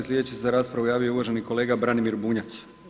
Sljedeći se za raspravu javio uvaženi kolega Branimir Bunjac.